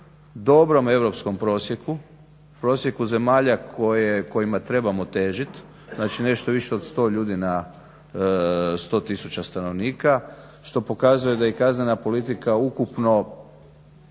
dobrom europskom prosjeku, prosjeku zemalja kojima trebamo težit, znači nešto više od 100 ljudi na 100 000 stanovnika što pokazuje da i kaznena politika ukupno